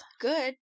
Good